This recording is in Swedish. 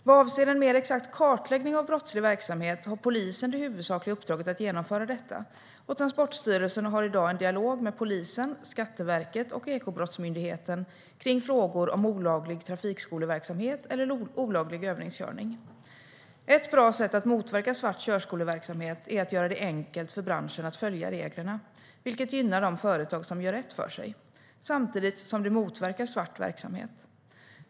Vad avser en mer exakt kartläggning av brottslig verksamhet har polisen det huvudsakliga uppdraget att genomföra detta, och Transportstyrelsen har i dag en dialog med Polisen, Skatteverket och Ekobrottsmyndigheten kring frågor om olaglig trafikskoleverksamhet eller olaglig övningskörning. Ett bra sätt att motverka svart körskoleverksamhet är att göra det enkelt för branschen att följa reglerna, vilket gynnar de företag som gör rätt för sig samtidigt som det motverkar svart verksamhet.